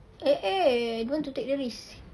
eh eh don't want to take the risk